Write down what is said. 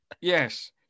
yes